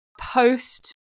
post